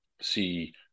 see